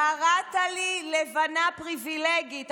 קראת לי לבנה פריבילגית.